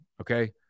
okay